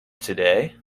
today